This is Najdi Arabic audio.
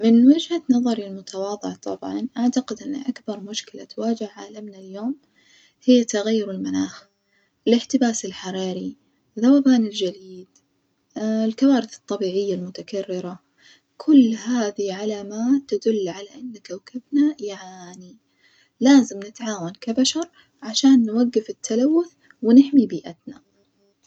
من وجهة نظري المتواضعة طبعاً، أعتقد أن أكبر مشكلة تواجه عالمنا اليوم هي تغير المناخ، الاحتباس الحراري، ذوبان الجليد الكوارث الطبيعية المتكررة، كل هذه علامات تدل على أن كوكبنا يعاني لازم نتعاون كبشر عشان نوجف التلوث ونحمي بيئتنا.